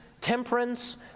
temperance